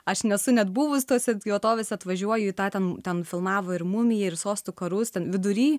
aš nesu net buvus tose vietovėse atvažiuoju į tą ten ten filmavo ir mumiją ir sostų karus ten vidury